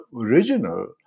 original